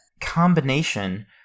combination